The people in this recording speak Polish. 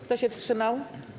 Kto się wstrzymał?